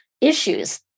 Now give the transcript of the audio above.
issues